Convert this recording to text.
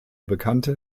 bekannte